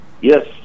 yes